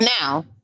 Now